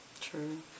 True